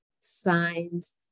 Signs